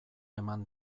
eman